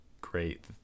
great